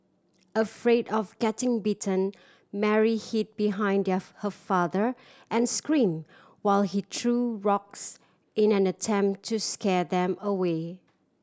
afraid of getting bitten Mary hid behind their her father and scream while he threw rocks in an attempt to scare them away